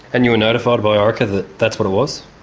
and you were notified by orica that that's what it was?